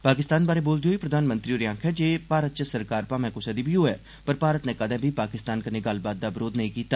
पाकिस्तान बारै बोलदे होई प्रधानमंत्री होरें आखेआ जे भारत च सरकार भामें कुसा दी बी होऐ पर भारत नै कदें बी पाकिस्तान कन्नै गल्लबात दा बरोध नेई कीता